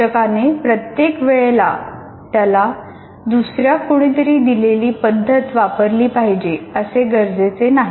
शिक्षकाने प्रत्येक वेळेला त्याला दुसऱ्या कोणीतरी दिलेली पद्धत वापरली पाहिजे असे गरजेचे नाही